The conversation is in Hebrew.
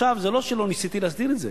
זה לא שלא ניסיתי להסדיר את זה.